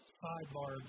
sidebar